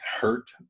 hurt